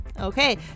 Okay